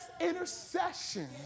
intercession